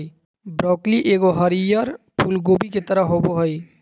broccoli एगो हरीयर फूल कोबी के तरह होबो हइ